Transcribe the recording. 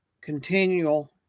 continual